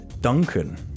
Duncan